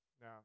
Now